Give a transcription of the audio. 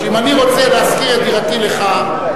אם אני רוצה להשכיר דירתי לך,